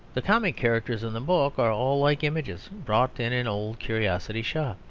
the comic characters in the book are all like images bought in an old curiosity shop.